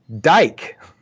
dike